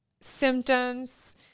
symptoms